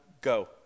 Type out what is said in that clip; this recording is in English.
Go